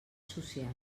social